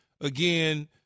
again –